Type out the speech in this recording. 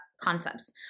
concepts